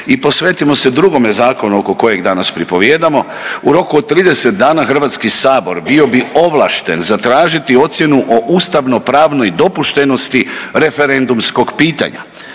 i posvetimo se drugome zakonu oko kojeg danas pripovijedamo. U roku od 30 dana HS bio bi ovlašten zatražiti ocjenu o ustavnopravnoj dopuštenosti referendumskog pitanja.